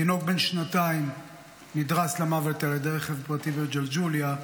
תינוק בן שנתיים נדרס למוות על ידי רכב פרטי בג'לג'וליה,